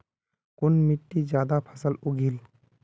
कुन मिट्टी ज्यादा फसल उगहिल?